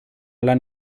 lan